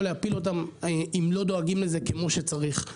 להפיל אותם אם לא דואגים לזה כמו שצריך,